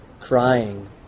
crying